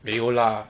没有啦